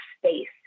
space